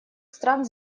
стран